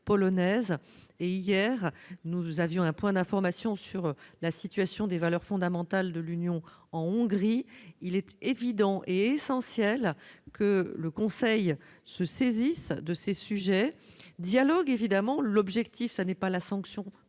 ailleurs, nous avions un point d'information sur la situation des valeurs fondamentales de l'Union en Hongrie. Il est évident et essentiel que le Conseil se saisisse de ces sujets et qu'il dialogue. L'objectif est non pas de sanctionner